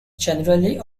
generally